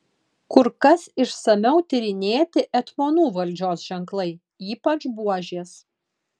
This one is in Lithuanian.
kur kas išsamiau tyrinėti etmonų valdžios ženklai ypač buožės